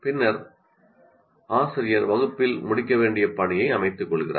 பின்னர் ஆசிரியர் வகுப்பில் முடிக்க வேண்டிய பணியை அமைத்துக்கொள்கிறார்